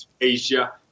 Asia